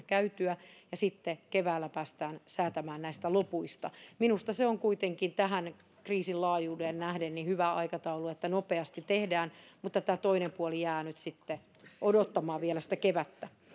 käytyä asiantuntijoiden arvioitavana ja sitten keväällä päästään säätämään näistä lopuista minusta se on kuitenkin tähän kriisin laajuuteen nähden hyvä aikataulu että nopeasti tehdään mutta tämä toinen puoli jää nyt sitten odottamaan vielä sitä kevättä